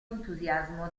entusiasmo